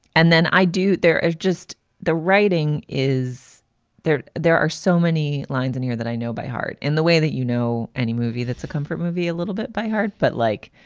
and then i do there is just the writing, writing, is there? there are so many lines in here that i know by heart in the way that, you know, any movie that's a comfort movie a little bit by heart. but like,